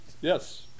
Yes